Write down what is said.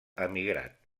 emigrat